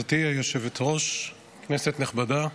היושבת-ראש, כנסת נכבדה,